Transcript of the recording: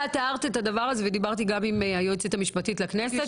את הערת את הדבר הזה ואני דיברתי גם עם היועצת המשפטית לכנסת.